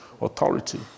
authority